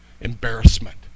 embarrassment